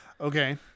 okay